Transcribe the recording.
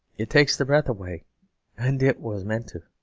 it takes the breath away and it was meant to.